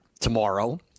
Tomorrow